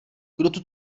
kdo